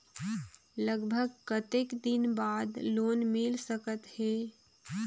लगभग कतेक दिन बार लोन मिल सकत हे?